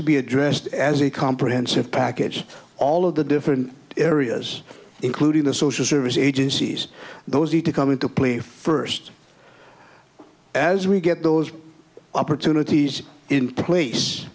to be addressed as a comprehensive package all of the different areas including the social service agencies those e to come into play first as we get those opportunities in place